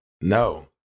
no